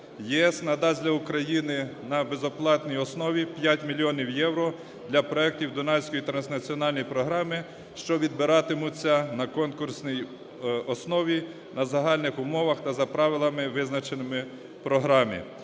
ЄС надасть для України на безоплатній основі 5 мільйонів євро для проектів Дунайської транснаціональної програми, що відбиратимуться на конкурсній основі на загальних умовах та за правилами, визначеними в програмі.